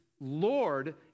Lord